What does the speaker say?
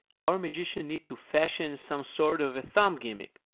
our magician needs to fashion some sort of a thumb gimmick,